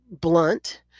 blunt